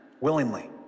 willingly